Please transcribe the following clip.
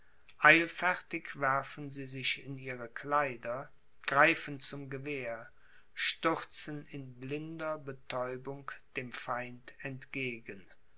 eilfertig werfen sie sich in ihre kleider greifen zum gewehr stürzen in blinder betäubung dem feind entgegen